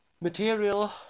material